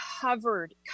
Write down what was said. covered